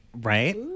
Right